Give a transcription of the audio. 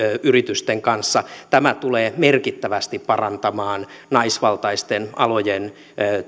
yritysten kanssa tämä tulee merkittävästi parantamaan naisvaltaisten alojen